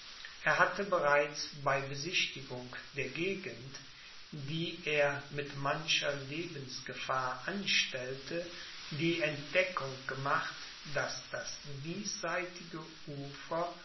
er hatte bereits bei besichtigung der gegend die er mit mancher lebensgefahr anstellte die entdeckung gemacht daß das diesseitige ufer